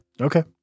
Okay